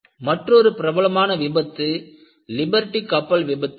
மற்றொரு பிரபலமான விபத்து லிபர்ட்டி கப்பல் விபத்து ஆகும்